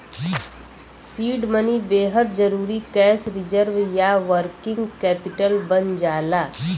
seed money बेहद जरुरी cash reserve या वर्किंग कैपिटल बन जाला